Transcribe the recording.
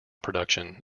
production